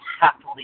happily